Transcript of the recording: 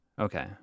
Okay